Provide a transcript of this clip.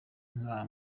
nka